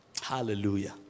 Hallelujah